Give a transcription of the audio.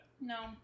No